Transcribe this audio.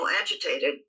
agitated